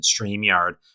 StreamYard